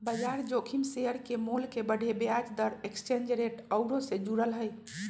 बजार जोखिम शेयर के मोल के बढ़े, ब्याज दर, एक्सचेंज रेट आउरो से जुड़ल हइ